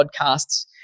podcasts